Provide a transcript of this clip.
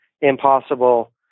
impossible